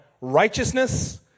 righteousness